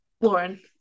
Lauren